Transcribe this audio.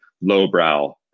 lowbrow